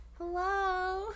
hello